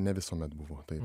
nevisuomet buvo taip